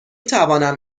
توانم